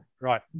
Right